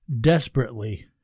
desperately